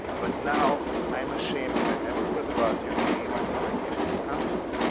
but now i'm ashamed that i never heard about your museum until i came to this conference.